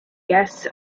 guests